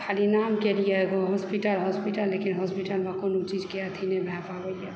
खाली नामके लिए एगो हॉस्पिटल हॉस्पिटल लेकिन हॉस्पिटलमे कोनो चीजके अथी नहि भए पाबैए